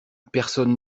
personne